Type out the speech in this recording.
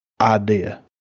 idea